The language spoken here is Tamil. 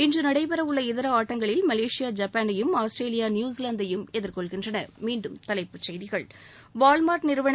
இன்று நடைபெறவுள்ள இதர ஆட்டங்களில் மலேசியா ஜப்பானையும் ஆஸ்திரேலியா நியூசிலாந்தையும் எதிர்கொள்கின்றன